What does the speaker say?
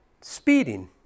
speeding